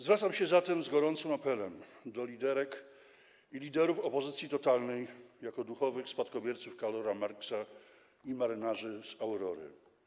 Zwracam się zatem z gorącym apelem do liderek i liderów opozycji totalnej jako duchowych spadkobierców Karola Marksa i marynarzy z Aurory: